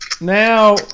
now